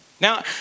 Now